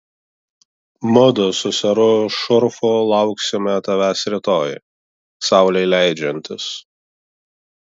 mudu su seru šurfu lauksime tavęs rytoj saulei leidžiantis